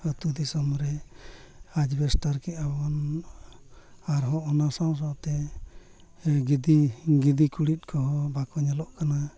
ᱟᱛᱳ ᱫᱤᱥᱚᱢ ᱨᱮ ᱠᱮᱫᱼᱟ ᱵᱚᱱ ᱟᱨᱦᱚᱸ ᱚᱱᱟ ᱥᱟᱶᱼᱥᱟᱶᱛᱮ ᱜᱤᱫᱤ ᱜᱤᱫᱤ ᱠᱩᱬᱤᱫ ᱠᱚᱦᱚᱸ ᱵᱟᱠᱚ ᱧᱮᱞᱚᱜ ᱠᱟᱱᱟ